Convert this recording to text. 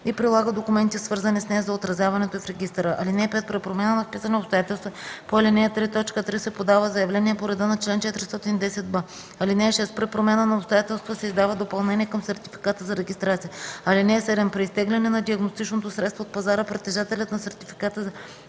и прилага документите, свързани с нея, за отразяването й в регистъра. (5) При промяна на вписани обстоятелства по ал. 3, т. 3 се подава заявление по реда на чл. 410б. (6) При промяна на обстоятелства се издава допълнение към сертификата за регистрация. (7) При изтегляне на диагностичното средство от пазара притежателят на сертификата за регистрация